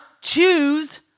choose